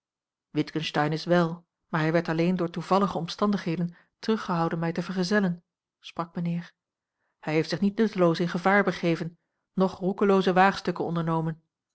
witgensteyn is wél maar hij werd alleen door toevallige omstandigheden teruggehouden mij te vergezellen sprak mijnheer hij heeft zich niet nutteloos in gevaar begeven noch roekelooze waagstukken ondernomen